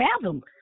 fathom